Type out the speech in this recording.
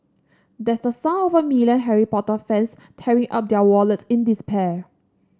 that's the sound of a million Harry Potter fans tearing up their wallets in despair